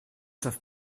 savent